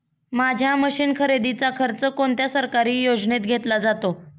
माझ्या मशीन खरेदीचा खर्च कोणत्या सरकारी योजनेत घेतला जातो?